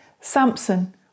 Samson